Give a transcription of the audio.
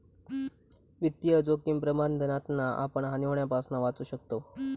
वित्तीय जोखिम प्रबंधनातना आपण हानी होण्यापासना वाचू शकताव